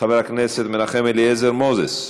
חבר הכנסת מנחם אליעזר מוזס,